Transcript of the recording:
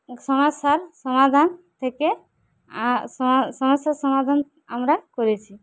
সমস্যার সমাধান থেকে স সমস্যার সমাধান আমরা করেছি